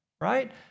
right